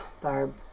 Barb